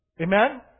Amen